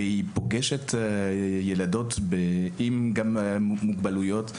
והיא פוגשת ילדות עם מוגבלויות,